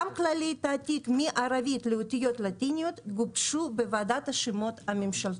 גם כללי התעתיק מערבית לאותיות לטיניות הוגשו בוועדת השמות הממשלתית.